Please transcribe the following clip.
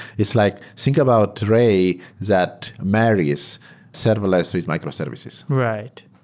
it's like think about ray that marries serverless with microservices right.